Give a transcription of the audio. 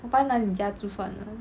我搬来你家住算了